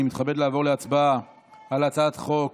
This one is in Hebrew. אני מתכבד לעבור להצבעה על הצעת חוק